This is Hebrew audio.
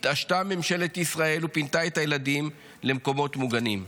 התעשתה ממשלת ישראל ופינתה את הילדים למקומות מוגנים,